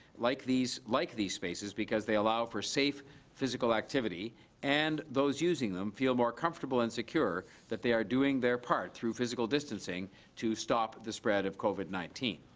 like these like these spaces because they allow for safe physical activity and those using them feel more comfortable and secure that they are doing their part through physical distancing to stop the spread of covid nineteen.